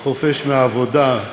בחופש מהעבודה,